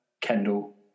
Kendall